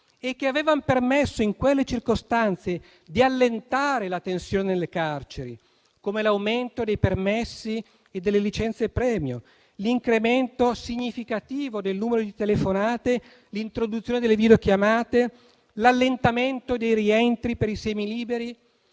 e che avevano permesso, in quelle circostanze, di allentare la tensione nelle carceri, come l'aumento dei permessi e delle licenze premio, l'incremento significativo del numero di telefonate, l'introduzione delle videochiamate, l'allentamento dei rientri per i semiliberi.